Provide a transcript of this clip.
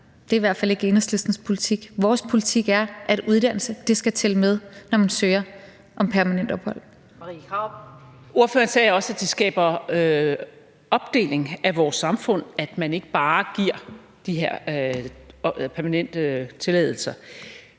Det er i hvert fald ikke Enhedslistens politik. Vores politik er, at uddannelse skal tælle med, når man søger om permanent ophold.